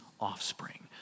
offspring